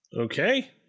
Okay